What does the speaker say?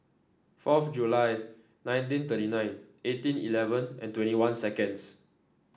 fourth July nineteen thirty nine eighteen eleven and twenty one seconds